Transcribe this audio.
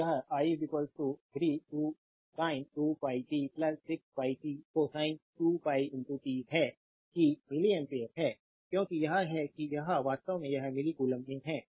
तो यह i 3 sin 2 pi t 6 pi t cosine 2π t है कि मिलि एम्पियर है क्योंकि यह है कि यह वास्तव में यह मिल्ली कूलम्ब में है